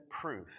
proof